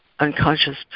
unconscious